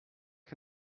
que